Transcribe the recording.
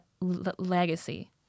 legacy